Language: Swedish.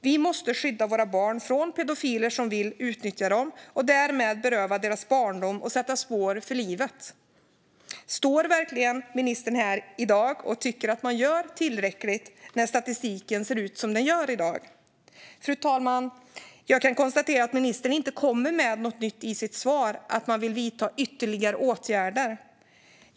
Vi måste skydda våra barn från pedofiler som vill utnyttja dem och därmed beröva dem deras barndom och sätta spår hos dem för livet. Står verkligen ministern här i dag och tycker att man gör tillräckligt när statistiken ser ut som den gör? Jag kan konstatera att ministern i sitt svar inte kommer med något nytt om ytterligare åtgärder.